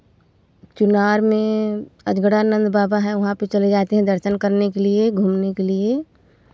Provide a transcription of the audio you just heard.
चुनार में अजगरा नंद बाबा है वहाँ पर चले जाते हैं दर्शन करने के लिए घूमने के लिए